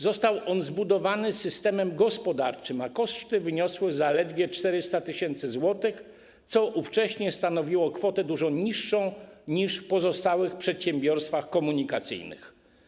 Został on zbudowany systemem gospodarczym, a koszty wyniosły zaledwie 400 tys. zł, co ówcześnie stanowiło kwotę dużo niższą niż w pozostałych przedsiębiorstwach komunikacyjnych.